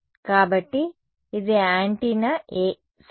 కాబట్టి ఇది antenna A సరే